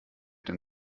denn